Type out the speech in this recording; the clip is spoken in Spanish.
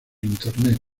internet